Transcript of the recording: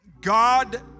God